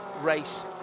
race